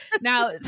Now